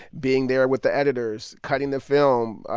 being there with the editors. cutting the film.